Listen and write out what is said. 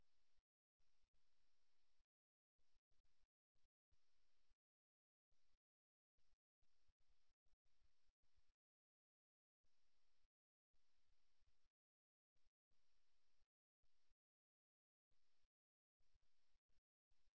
ஒரு ஸ்டாம்பிங் அடி விரோதத்தை அறிவுறுத்துகிறது பொதுவாக இது ஒரு குழந்தைத்தனமான நடத்தை என்று பெரியவர்களில் கருதப்படுகிறது இது ஒரு தீவிர கோபத்தின் பிரதிபலிப்பு அல்லது ஒரு தீவிர ஏமாற்றத்தை எப்போதும் தவிர்க்க வேண்டும்